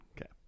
Okay